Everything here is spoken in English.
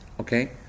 Okay